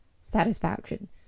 satisfaction